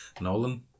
Nolan